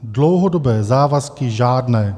Dlouhodobé závazky žádné.